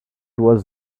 was